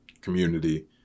community